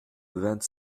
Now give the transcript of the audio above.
vingt